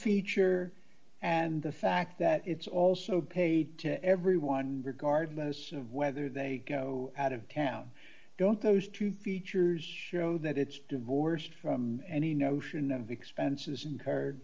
feature and the fact that it's also paid to everyone regardless of whether they go out of town don't those two features that it's divorced from any notion of expenses incurred